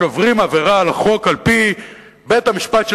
שעוברים עבירה על החוק על-פי בית-המשפט של